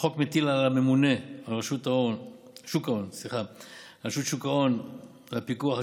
החוק מטיל על הממונה על רשות שוק ההון את הפיקוח על